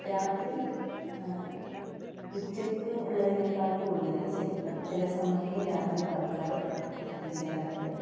രാത്രി ഉച്ചയ്ക്കുള്ളതിനേക്കാൾ കൂടുതൽ ചിലപ്പോൾ ചില സമയങ്ങളിൽ രാത്രി ആൾക്കാർ എത്തിച്ചേരാറുണ്ട്